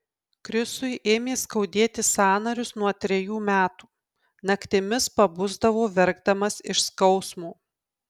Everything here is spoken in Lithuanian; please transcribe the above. krisui ėmė skaudėti sąnarius nuo trejų metų naktimis pabusdavo verkdamas iš skausmo